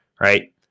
right